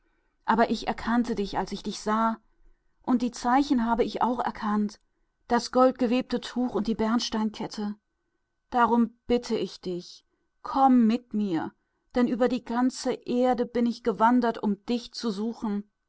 aber ich erkannte dich als ich dich erblickte und die zeichen habe ich auch erkannt das tuch aus goldgewebe und die bernsteinkette deshalb bitte ich dich komm mit mir denn über die ganze welt bin ich gewandert um dich zu suchen